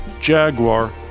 Jaguar